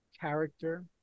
character